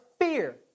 fear